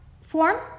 form